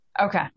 Okay